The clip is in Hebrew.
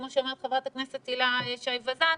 כמו שאמרה חברת הכנסת היה שי וזאן,